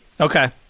Okay